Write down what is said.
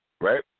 right